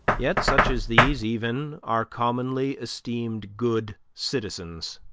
yet such as these even are commonly esteemed good citizens.